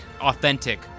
authentic